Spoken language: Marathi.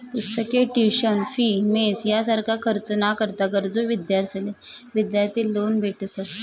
पुस्तके, ट्युशन फी, मेस यासारखा खर्च ना करता गरजू विद्यार्थ्यांसले विद्यार्थी लोन भेटस